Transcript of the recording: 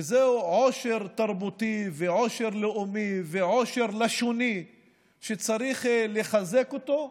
וזהו עושר תרבותי ועושר לאומי ועושר לשוני שצריך לחזק אותו,